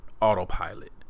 autopilot